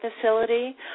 facility